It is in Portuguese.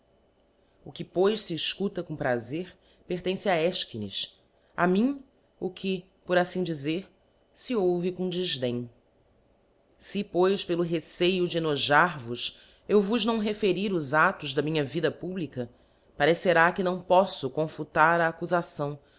o que pois fe efcuta com prazer pertence a efchines a mim o que por allim dizer le ouve com defdem se pois pelo receio de enojar vos eu vos não referir os actos da minha vida publica parecerá que não poífo confutar a accufação